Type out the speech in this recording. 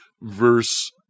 verse